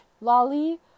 Lolly